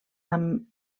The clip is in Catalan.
amb